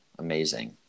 Amazing